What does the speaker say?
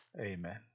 Amen